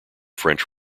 french